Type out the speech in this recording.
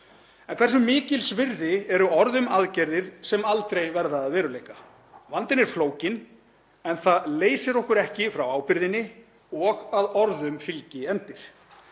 en hversu mikils virði eru orð um aðgerðir sem aldrei verða að veruleika? Vandinn er flókinn en það leysir okkur ekki frá ábyrgðinni og að orðum fylgi efndir.